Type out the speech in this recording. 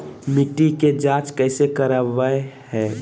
मिट्टी के जांच कैसे करावय है?